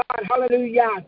Hallelujah